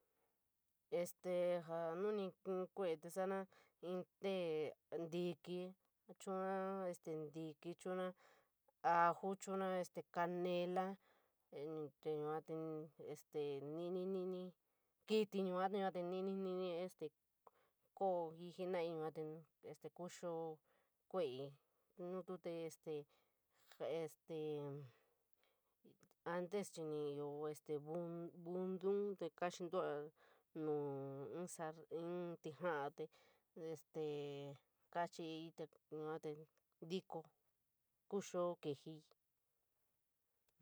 Este, ja nu ni kou kuere te saoma in te ñtkí, chuura este ñtikí, chuuura oju, chuuura este canela te yua te este nirini, nirini, kití yua te nirini, nirini, yua te este kouii yua te este kouoo kueeii, jenora ii, nuu este, este antes chií ni ioo este vundouun kastoura nu in sant, in ñtjaa´lo te este karachiíii yua te ñtiko.